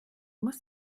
muss